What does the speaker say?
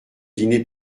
dîner